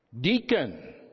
deacon